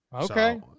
Okay